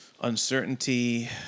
uncertainty